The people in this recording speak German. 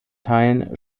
teilen